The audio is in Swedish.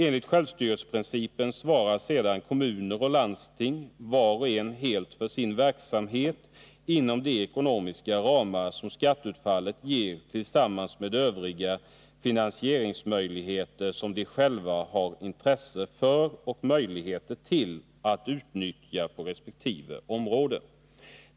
Enligt självstyrelseprincipen svarar sedan kommuner och landsting var och en helt för sin verksamhet inom de ekonomiska ramar som skatteutfallet ger tillsammans med övriga finansieringsmöjligheter som de själva har intresse för och möjlighet att utnyttja på resp. områden.